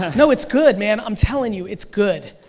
ah no it's good man i'm telling you it's good,